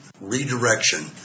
redirection